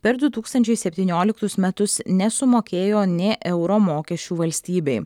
per du tūkstančiai septynioliktus metus nesumokėjo nė euro mokesčių valstybei